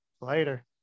later